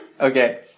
Okay